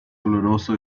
doloroso